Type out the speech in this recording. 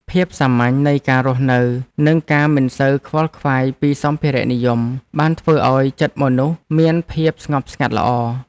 ភាពសាមញ្ញនៃការរស់នៅ និងការមិនសូវខ្វល់ខ្វាយពីសម្ភារៈនិយម បានធ្វើឱ្យចិត្តមនុស្សមានភាពស្ងប់ស្ងាត់ល្អ។